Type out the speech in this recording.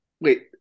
Wait